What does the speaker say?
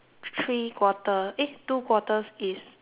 err eight two quarters is eh two third